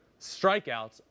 strikeouts